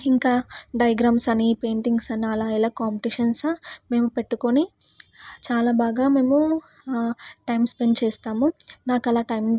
ఇంకా డయాగ్రమ్స్ అని పెయింటింగ్స్ అని అలా ఎలా కాంపిటీషన్స్ మేము పెట్టుకొని చాలా బాగా మేము టైమ్ స్పెండ్ చేస్తాము నాకు అలా టైమ్